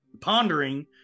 pondering